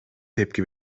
tepki